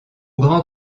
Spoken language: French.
grand